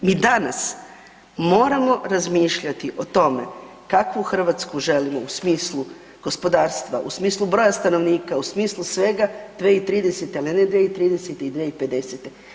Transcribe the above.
Mi danas moramo razmišljati o tome kakvu Hrvatsku želimo u smislu gospodarstva, u smislu broja stanovnika, u smislu svega 2030., … [[Govornik se ne razumije]] 2030. i 2050.